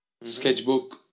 Sketchbook